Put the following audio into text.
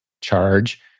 charge